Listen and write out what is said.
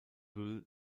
bulle